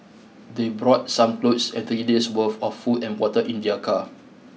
they brought some clothes and three days' worth of food and water in their car